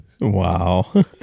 wow